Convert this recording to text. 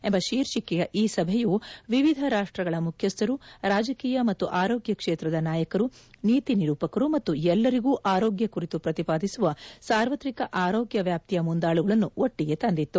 ಎಂಬ ಶೀರ್ಷಿಕೆಯ ಈ ಸಭೆಯು ವಿವಿಧ ರಾಷ್ಟ್ರಗಳ ಮುಖ್ಯಸ್ದರು ರಾಜಕೀಯ ಮತ್ತು ಆರೋಗ್ಯ ಕ್ಷೇತ್ರದ ನಾಯಕರು ನೀತಿ ನಿರೂಪಕರು ಮತ್ತು ಎಲ್ಲರಿಗೂ ಆರೋಗ್ಯ ಕುರಿತು ಪ್ರತಿಪಾದಿಸುವ ಸಾರ್ವತ್ರಿಕ ಆರೋಗ್ಯ ವ್ಯಾಪ್ತಿಯ ಮುಂದಾಳುಗಳನ್ನು ಒಟ್ಟಿಗೆ ತಂದಿತ್ತು